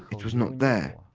it was not there.